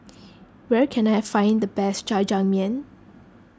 where can I find the best Jajangmyeon